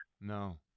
No